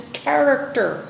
character